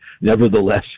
nevertheless